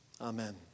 Amen